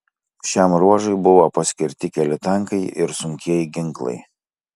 šiam ruožui buvo paskirti keli tankai ir sunkieji ginklai